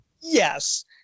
Yes